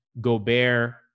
Gobert